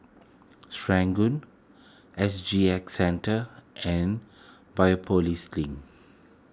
S G X Centre and Biopolis Link